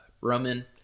Roman